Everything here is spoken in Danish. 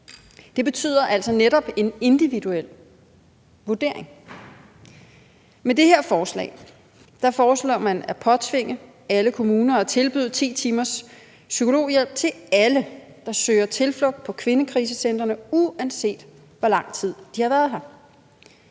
Det betyder altså netop en individuel vurdering. Med det her forslag foreslår man at påtvinge alle kommuner at tilbyde 10 timers psykologhjælp til alle, der søger tilflugt på kvindekrisecentrene, uanset hvor lang tid de har været her.